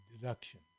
deduction